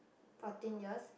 fourteen years